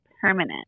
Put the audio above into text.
permanent